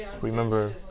remember